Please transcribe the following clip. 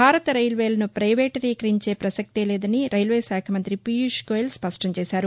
భారత రైల్వేలను పైవేటీకరించే పసక్తి లేదని రైల్వేశాఖ మంతి పీయూష్గోయల్ స్పష్టం చేశారు